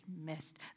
missed